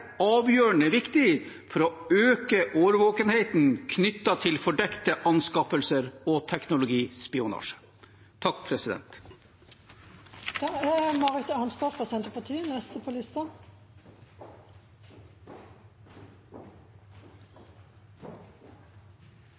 avgjørende viktig for å øke årvåkenheten knyttet til fordekte anskaffelser og teknologispionasje.